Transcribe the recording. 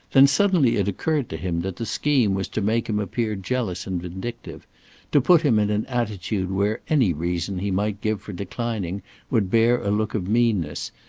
then suddenly it occurred to him that the scheme was to make him appear jealous and vindictive to put him in an attitude where any reason he might give for declining would bear a look of meanness,